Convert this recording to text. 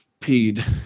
peed